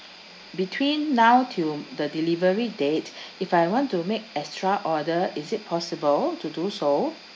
between now till the delivery date if I want to make extra order is it possible to do so